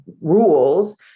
rules